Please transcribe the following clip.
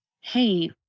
Hey